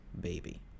baby